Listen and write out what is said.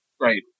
Right